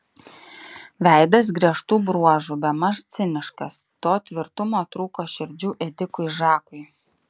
veidas griežtų bruožų bemaž ciniškas to tvirtumo trūko širdžių ėdikui žakui